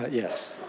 ah yes.